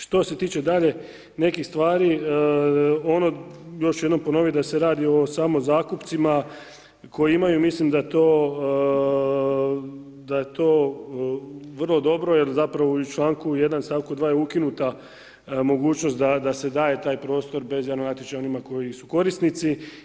Što se tiče dalje nekih stvari ono, još ću jednom ponoviti da se radi o samozakupcima koji imaju mislim da to, da je to vrlo dobro jer zapravo u članku 1. stavku 2. je ukinuta mogućnost da se daje taj prostor bez javnog natječaja onima koji su korisnici.